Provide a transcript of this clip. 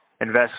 invest